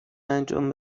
انجام